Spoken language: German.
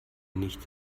nicht